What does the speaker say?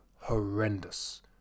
horrendous